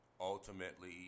Ultimately